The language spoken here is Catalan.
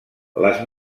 les